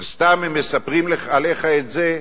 אז סתם הם מספרים עליך את זה?